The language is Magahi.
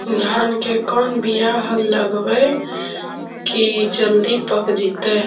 धान के कोन बियाह लगइबै की जल्दी पक जितै?